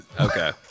Okay